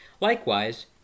Likewise